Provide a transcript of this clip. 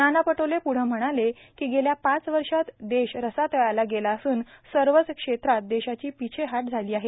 नाना पटोले प्रढं म्हणाले की गेल्या पाच वर्षात देश रसातळाला गेला असून सर्वच क्षेत्रात देशाची पिछेहाट झाली आहे